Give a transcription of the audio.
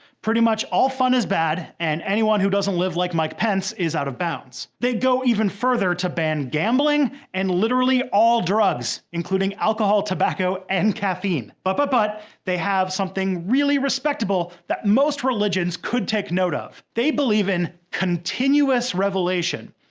pretty much all fun is bad, and anyone who doesn't live like mike pence is out of bounds. they go even further to ban gambling and literally all drugs, including alcohol, tobacco, and caffeine. but but but they have something really respectable that most religions could take note of. they believe in continuous revelation,